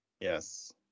Yes